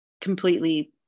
completely